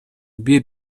бир